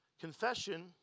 Confession